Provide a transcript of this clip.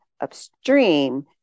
upstream